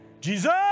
Jesus